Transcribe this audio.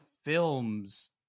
films